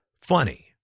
funny